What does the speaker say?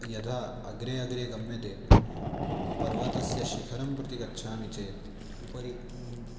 यदा अग्रे अग्रे गम्यते पर्वतस्य शिखरं प्रति गच्छामि चेत् उपरि